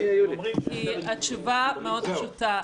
התשובה אמוד פשוטה.